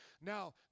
Now